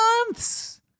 months